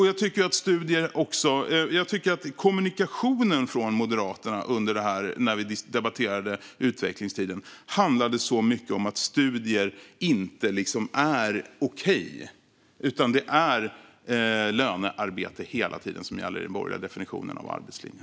Jag tycker att kommunikationen från Moderaterna när vi debatterade utvecklingstiden mycket handlade om att studier liksom inte är okej. Det är hela tiden lönearbete som gäller i den borgerliga definitionen av arbetslinjen.